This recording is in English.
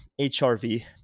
HRV